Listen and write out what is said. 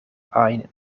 ajn